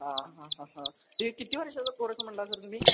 हां हां हां हां ते किती वर्षाचा कोर्स म्हणला सर तुम्ही